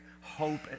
hope